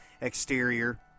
exterior